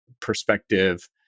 perspective